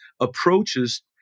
approaches